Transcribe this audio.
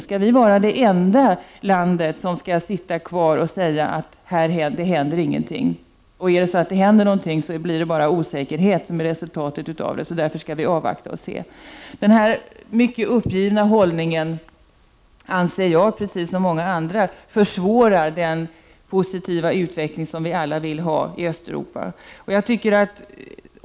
Skall Sverige vara det enda land som sitter still och säger att här händer ingenting — och är det så att det händer någonting så blir bara osäkerhet resultatet, så därför skall vi avvakta och se? Denna mycket uppgivna hållning anser jag, som många andra, försvårar den positiva utveckling som vi alla vill ha i Östeuropa.